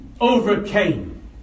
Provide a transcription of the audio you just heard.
overcame